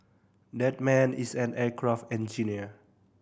that man is an aircraft engineer